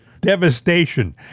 devastation